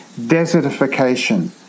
desertification